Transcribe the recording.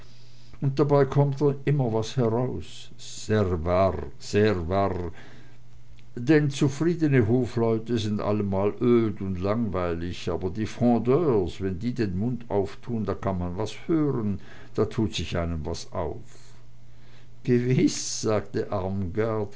und dabei kommt immer was heraus sehr warr sehr warr denn zufriedene hofleute sind allemal öd und langweilig aber die frondeurs wenn die den mund auftun da kann man was hören da tut sich einem was auf gewiß sagte